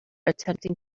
attempting